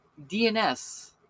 DNS